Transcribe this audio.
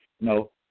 No